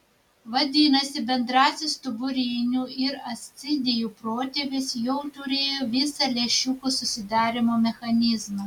vadinasi bendrasis stuburinių ir ascidijų protėvis jau turėjo visą lęšiuko susidarymo mechanizmą